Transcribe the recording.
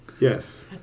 Yes